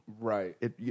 Right